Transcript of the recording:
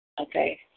Okay